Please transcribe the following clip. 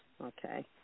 Okay